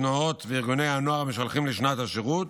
התנועות וארגוני הנוער המשלחים לשנת השירות,